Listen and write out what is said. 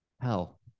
hell